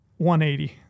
180